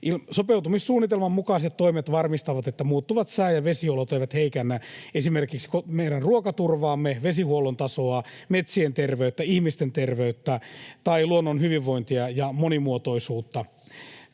Sopeutumissuunnitelman mukaiset toimet varmistavat, että muuttuvat sää- ja vesiolot eivät heikennä esimerkiksi meidän ruokaturvaamme, vesihuollon tasoa, metsien terveyttä, ihmisten terveyttä tai luonnon hyvinvointia ja monimuotoisuutta.